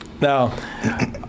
Now